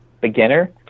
beginner